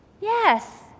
Yes